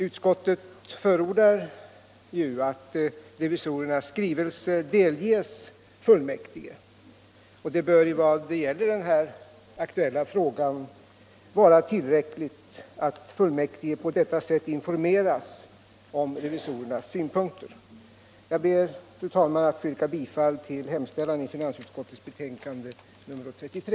Utskottet förordar att revisorernas skrivelse delges fullmäktige, och det bör vad gäller den här aktuella frågan vara tillräckligt att fullmäktige på detta sätt informeras om revisorernas synpunkter. Jag ber, fru talman, att få yrka bifall till hemställan i finansutskottets betänkande nr 33.